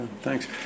thanks